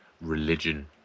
religion